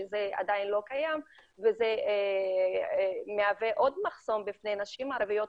שזה עדיין לא קיים וזה מהווה עוד מחסום בפני נשים ערביות